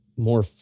more